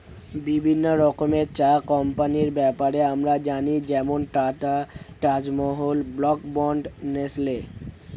বিভিন্ন রকমের চা কোম্পানির ব্যাপারে আমরা জানি যেমন Tata, Taj Mahal, Brooke Bond, Nestle